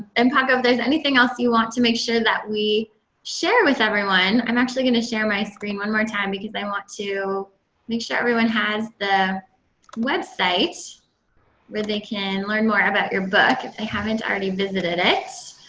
and paco, if there's anything else you want to make sure that we share with everyone i'm actually going to share my screen one more time, because i want to make sure everyone has the website where they can learn more about your book, if they haven't already visited it.